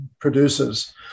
produces